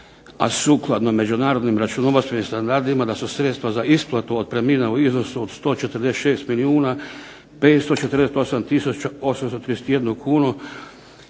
a sukladno međunarodnim računovodstvenim standardima da su sredstva za isplatu otpremnina u iznosu od 146 milijuna 548 tisuća